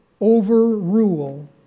overrule